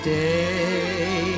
day